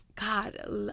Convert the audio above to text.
god